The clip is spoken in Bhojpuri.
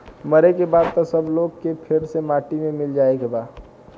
मरे के बाद त सब लोग के फेर से माटी मे मिल जाए के बा